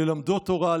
ללמדו תורה,